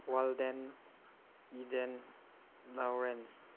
Walden Eden Lauren